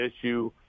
issue